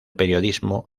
periodismo